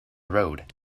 road